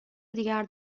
دیگر